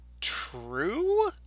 true